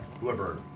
whoever